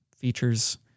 features